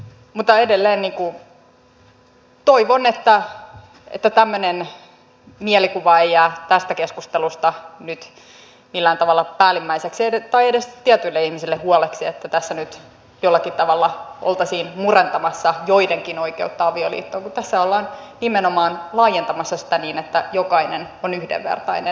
mutta edelleen toivon että tämmöinen mielikuva ei jää tästä keskustelusta nyt millään tavalla päällimmäiseksi tai edes tietyille ihmisille huoleksi että tässä nyt jollakin tavalla oltaisiin murentamassa joidenkin oikeutta avioliittoon kun tässä ollaan nimenomaan laajentamassa sitä niin että jokainen on yhdenvertainen